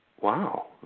wow